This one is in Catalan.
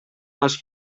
les